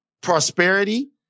prosperity